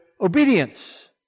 obedience